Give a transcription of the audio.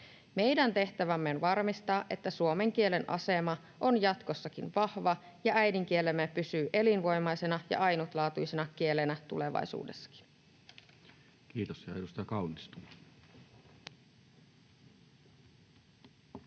Meidän tehtävämme on varmistaa, että suomen kielen asema on jatkossakin vahva ja äidinkielemme pysyy elinvoimaisena ja ainutlaatuisena kielenä tulevaisuudessakin. Kiitos. — Edustaja Kaunisto.